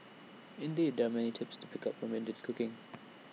indeed there are many tips to pick up from Indian cooking